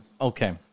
Okay